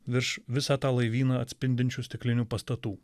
virš visą tą laivyną atspindinčių stiklinių pastatų